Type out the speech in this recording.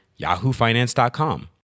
yahoofinance.com